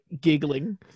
giggling